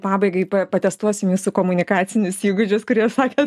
pabaigai patestuosim jūsų komunikacinius įgūdžius kurie sakėt